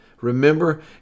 Remember